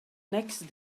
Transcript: next